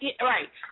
right